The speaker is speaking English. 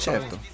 Certo